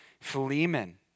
Philemon